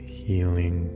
healing